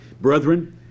Brethren